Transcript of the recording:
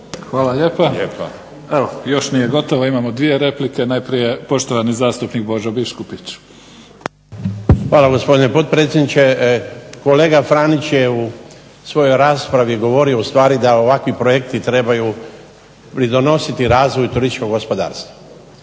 Hvala lijepa. Evo, još nije gotovo. Imamo dvije replike. Najprije poštovani zastupnik Božo Biškupić. **Biškupić, Božo (HDZ)** Hvala gospodine predsjedniče. Kolega Franić je u svojoj raspravi govorio u stvari da ovakvi projekti trebaju pridonositi razvoju turističkog gospodarstva.